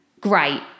Great